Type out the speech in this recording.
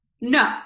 No